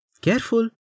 Careful